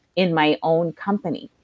in my own company.